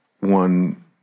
one